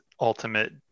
Ultimate